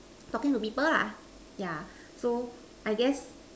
talking to people lah yeah so I guessed